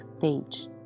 page